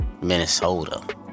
Minnesota